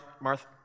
Martha